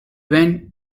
went